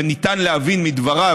וניתן להבין מדבריו,